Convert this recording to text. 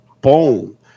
boom